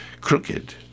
crooked